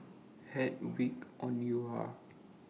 Hedwig Anuar